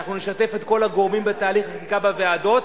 ואנחנו נשתף את כל הגורמים בתהליך החקיקה בוועדות,